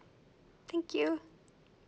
thank you